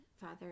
Father